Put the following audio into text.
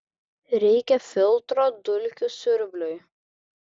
reikia filtro dulkių siurbliui